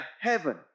heaven